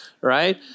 Right